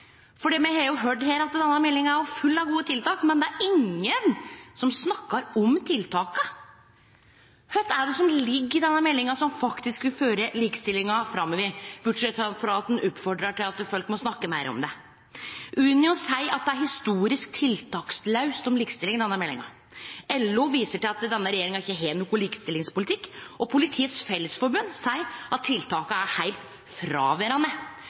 me har jo høyrt her at denne meldinga er full av gode tiltak, men det er ingen som snakkar om tiltaka. Kva er det som ligg i denne meldinga som faktisk vil føre likestillinga framover, bortsett frå at ein oppfordrar til at folk må snakke meir om det? Unio seier at det er historisk tiltakslaust om likestilling i denne meldinga. LO viser til at denne regjeringa ikkje har nokon likestillingspolitikk, og Politiets Fellesforbund seier at tiltaka er heilt fråverande.